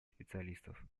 специалистов